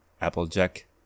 Applejack